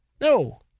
No